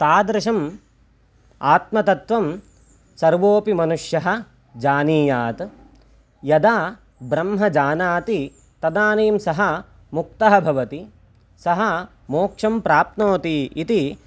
तादृशम् आत्मतत्वं सर्वोपि मनुष्यः जानीयात् यदा ब्रह्म जानाति तदानीं सः मुक्तः भवति सः मोक्षं प्राप्नोति इति